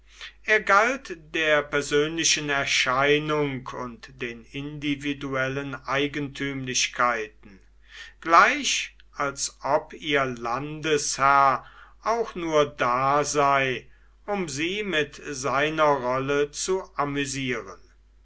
er galt der persönlichen erscheinung und den individuellen eigentümlichkeiten gleich als ob ihr landesherr auch nur da sei um sie mit seiner rolle zu amüsieren